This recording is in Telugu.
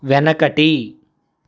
వెనకటి